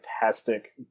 fantastic